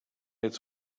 its